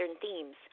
themes